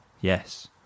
Yes